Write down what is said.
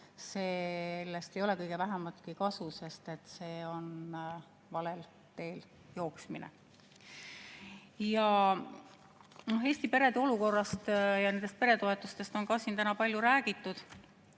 jätab, ei ole kõige vähematki kasu, sest see on valel teel jooksmine. Eesti perede olukorrast ja peretoetustest on ka siin täna palju räägitud.